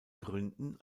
gründen